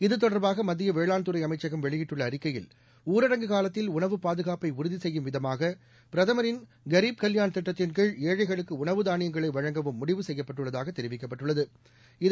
இதுதொடர்பாகமத்தியவேளாண்துறைஅமைச்சகம்வெளியிட்டுள்ளஅறிக்கையில் ஊரடங்குகாலத்தில்உணவுப்பாதுகாப்பைஉறுதிசெய்யும்விதமாகபிரதமரின்கரீஃப்கல்யாண்தி ட்டத்தின்கீழ்ஏழைகளுக்குஉணவுதானியங்களைவழங்கவும்முடிவுசெய்யப்பட்டுள்ளதாகதெரி விக்கப்பட்டுள்ளது